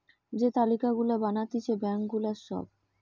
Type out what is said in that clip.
যে তালিকা গুলা বানাতিছে ব্যাঙ্ক গুলার সব